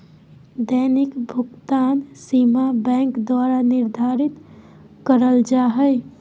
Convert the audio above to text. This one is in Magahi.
दैनिक भुकतान सीमा बैंक द्वारा निर्धारित करल जा हइ